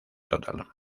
total